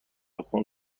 خون